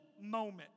moment